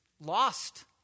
lost